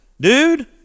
Dude